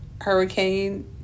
hurricane